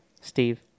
Steve